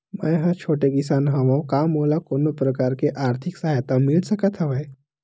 मै ह छोटे किसान हंव का मोला कोनो प्रकार के आर्थिक सहायता मिल सकत हवय?